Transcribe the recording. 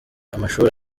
amashuri